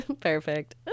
Perfect